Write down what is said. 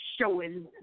showing